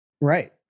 right